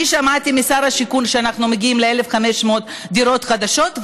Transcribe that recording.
אני שמעתי משר השיכון שאנחנו מגיעים ל-1,500 דירות חדשות,